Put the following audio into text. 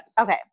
Okay